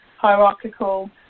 hierarchical